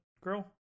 girl